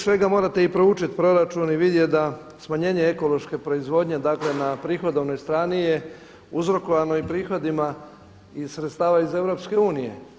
Prije svega morate proučiti proračun i vidjeti da smanjenje ekološke proizvodnje dakle na prihodovnoj strani je uzrokovano i prihodima iz sredstava iz Europske unije.